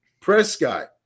Prescott